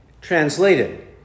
translated